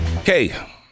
Okay